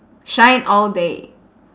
shine all day